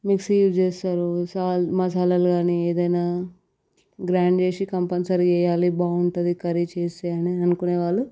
mixie use చేస్తారు salt మసాలాలు కానీ ఏదైనా గ్రైండ్ చేసి కంపల్సరీగా వేయాలి బాగుంటుంది కర్రీ చేస్తే అని అనుకునే వాళ్ళు